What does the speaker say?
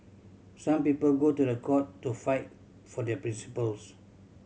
some people go to the court to fight for their principles